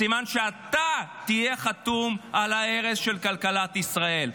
סימן שאתה תהיה חתום על ההרס של כלכלת ישראל.